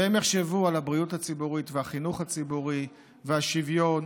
והם יחשבו על הבריאות הציבורית והחינוך הציבורי והשוויון